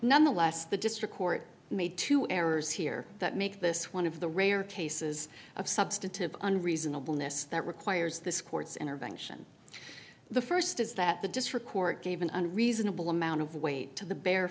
nonetheless the district court made two errors here that make this one of the rare cases of substantive and reasonableness that requires this court's intervention the st is that the district court gave an unreasonable amount of weight to the bare